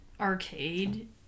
arcade